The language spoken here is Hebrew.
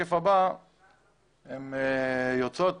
בשקף הבא רואים שהן יוצאות